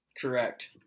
Correct